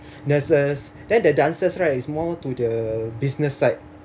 nurses then the dancers right is more to the business side